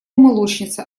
молочница